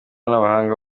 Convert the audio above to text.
n’abahanga